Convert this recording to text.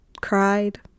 cried